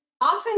often